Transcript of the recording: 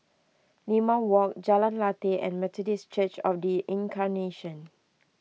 Limau Walk Jalan Lateh and Methodist Church of the Incarnation